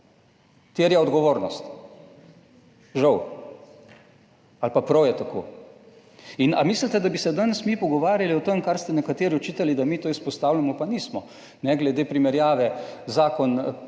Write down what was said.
Terja odgovornost, žal, ali pa prav je tako. In ali mislite, da bi se danes mi pogovarjali o tem, kar ste nekateri očitali, da mi to izpostavljamo, pa nismo, ne glede primerjave, zakon